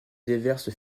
déverse